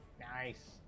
Nice